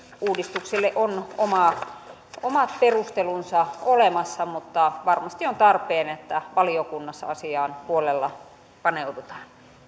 uudistukselle on omat perustelunsa olemassa mutta varmasti on tarpeen että valiokunnassa asiaan huolella paneudutaan